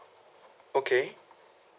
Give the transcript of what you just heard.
okay